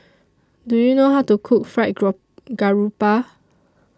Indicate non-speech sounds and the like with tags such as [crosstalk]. Do YOU know How to Cook Fried [unintelligible] Garoupa